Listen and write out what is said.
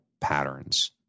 patterns